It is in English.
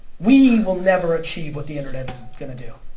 we will never achieve what the internet is gonna do.